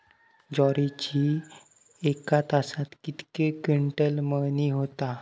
ज्वारीची एका तासात कितके क्विंटल मळणी होता?